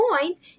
point